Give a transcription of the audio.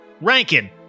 Rankin